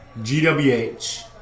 GWH